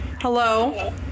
Hello